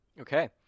Okay